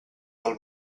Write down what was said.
del